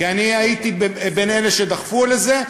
כי אני הייתי בין אלה שדחפו לזה,